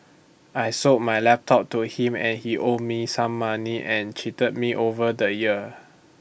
I sold my laptop to him and he owed me some money and cheated me over the year